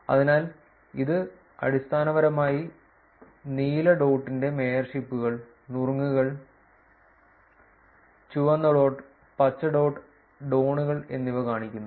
അതിനാൽ ഇത് അടിസ്ഥാനപരമായി നീല ഡോട്ടിന്റെ മേയർഷിപ്പുകൾ നുറുങ്ങുകൾ ചുവന്ന ഡോട്ട് പച്ച ഡോട്ട് ഡോണുകൾ എന്നിവ കാണിക്കുന്നു